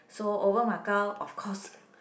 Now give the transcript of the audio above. so over Macau of course